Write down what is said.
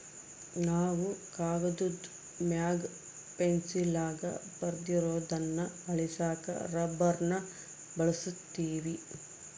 ನಾವು ಕಾಗದುದ್ ಮ್ಯಾಗ ಪೆನ್ಸಿಲ್ಲಾಸಿ ಬರ್ದಿರೋದ್ನ ಅಳಿಸಾಕ ರಬ್ಬರ್ನ ಬಳುಸ್ತೀವಿ